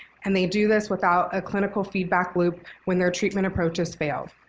and they do this without a clinical feedback loop when their treatment approaches failed.